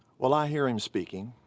well i hear him speaking.